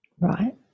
right